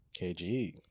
KG